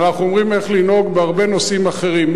ואנחנו אומרים איך לנהוג בהרבה נושאים אחרים.